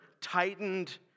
tightened